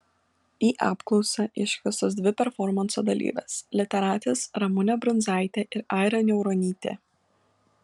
į apklausą iškviestos dvi performanso dalyvės literatės ramunė brunzaitė ir aira niauronytė